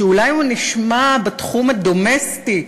שאולי הוא נשמע בתחום הדומסטי,